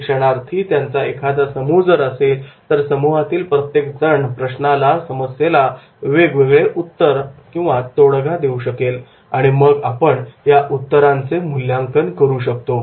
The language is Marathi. प्रशिक्षणार्थी यांचा एखादा जर समूह असेल तर समूहातील प्रत्येक जण प्रश्नाला समस्येला वेगवेगळे उत्तर तोडगा देऊ शकेल आणि मग आपण या उत्तरांचे मूल्यांकन करू शकतो